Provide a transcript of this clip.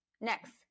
next